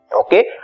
Okay